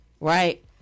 right